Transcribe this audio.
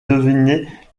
deviner